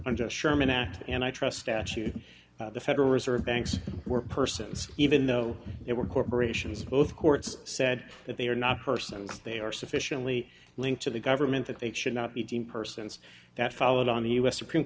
i'm just sherman act and i trust statute the federal reserve banks were persons even though they were corporations both courts said that they are not persons they are sufficiently linked to the government that they should not be deemed persons that followed on the u s supreme